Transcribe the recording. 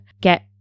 get